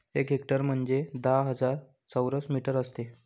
एक हेक्टर म्हणजे दहा हजार चौरस मीटर असते